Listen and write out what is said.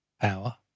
power